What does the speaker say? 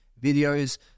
videos